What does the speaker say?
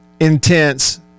intense